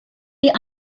the